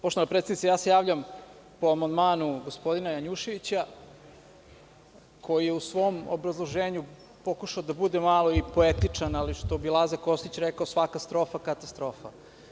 Poštovana predsednice, ja se javljam po amandmanu gospodina Janjuševića, koji je u svom obrazloženju pokušao da bude malo i poetičan, ali što bi Laza Kostić rekao – svaka strofa katastrofa.